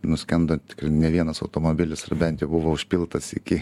nuskendo ne vienas automobilis ar bent buvo užpiltas iki